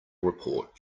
report